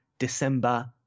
December